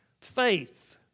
faith